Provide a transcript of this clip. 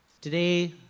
Today